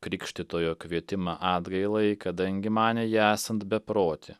krikštytojo kvietimą atgailai kadangi manė ją esant beprotį